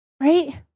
Right